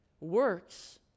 Works